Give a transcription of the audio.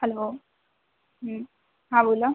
hello हां बोला